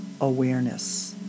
awareness